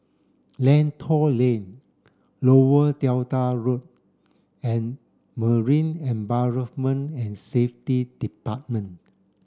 Lentor Lane Lower Delta Road and Marine Environment and Safety Department